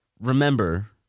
Remember